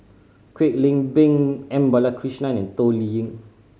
Kwek Leng Beng M Balakrishnan and Toh Liying